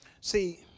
See